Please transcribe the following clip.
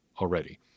already